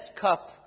cup